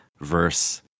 verse